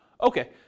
Okay